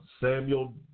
Samuel